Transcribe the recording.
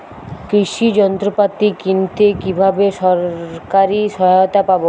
কৃষি যন্ত্রপাতি কিনতে কিভাবে সরকারী সহায়তা পাব?